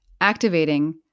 activating